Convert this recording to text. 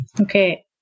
Okay